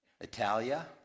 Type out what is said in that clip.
Italia